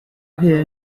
here